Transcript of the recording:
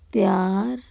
ਤਿਆਰ